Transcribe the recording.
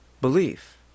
belief